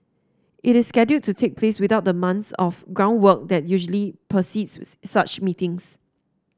it is scheduled to take place without the months of groundwork that usually precedes such meetings